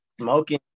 smoking